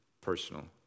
personal